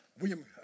William